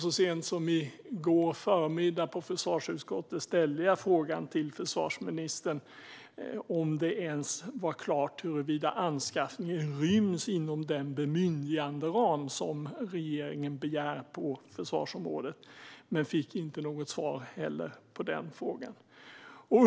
Så sent som i går förmiddag ställde jag i försvarsutskottet frågan till försvarsministern om det ens var klart huruvida anskaffningen ryms inom den bemyndiganderam som regeringen begär på försvarsområdet, men inte heller på den frågan fick jag något svar.